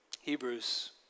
Hebrews